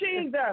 Jesus